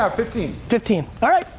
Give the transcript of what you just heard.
um fifteen. fifteen, all right.